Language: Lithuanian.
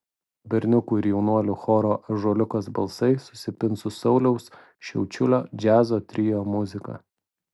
berniukų ir jaunuolių choro ąžuoliukas balsai susipins su sauliaus šiaučiulio džiazo trio muzika